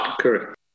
Correct